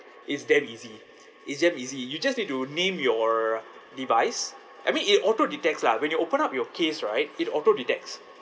is damn easy it's damn easy you just need to name your device I mean it auto detects lah when you open up your case right it auto detects